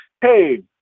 hey